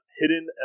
hidden